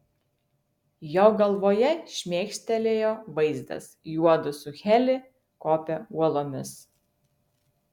jo galvoje šmėkštelėjo vaizdas juodu su heli kopia uolomis